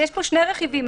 יש פה שני רכיבים,